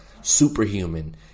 superhuman